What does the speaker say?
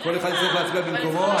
כל אחד יצטרך להצביע ממקומו,